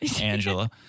Angela